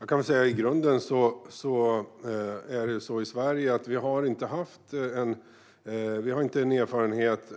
Herr talman! I grunden är det ju så att vi i Sverige inte har haft erfarenheten att